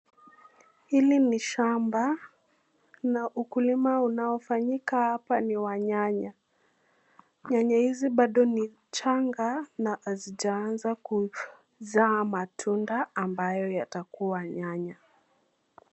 Hili ni shamba na ukulima unaofanyika hapa ni wa nyanya, nyanya hizi bado ni changa na hazijaanza kuzaa matunda ambayo yatakuwa nyanya.